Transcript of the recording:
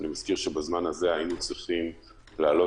אני מזכיר שבזמן הזה היינו צריכים להעלות